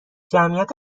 جمعیت